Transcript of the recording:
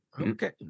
Okay